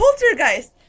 Poltergeist